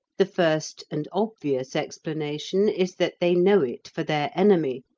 the first, and obvious, explanation is that they know it for their enemy,